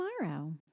tomorrow